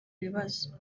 bibazo